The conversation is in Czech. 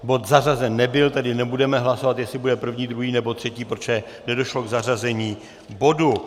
Bod zařazen nebyl, tedy nebudeme hlasovat, jestli bude první, druhý nebo třetí, protože nedošlo k zařazení bodu.